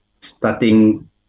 starting